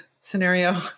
scenario